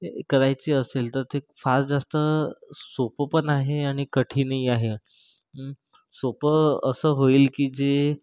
करायचे असेल तर ते फार जास्त सोपं पण आहे आणि कठीणही आहे सोपं असं होईल की जे